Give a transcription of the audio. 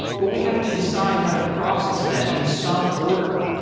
but we have to decide how to process them in some order.